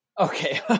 Okay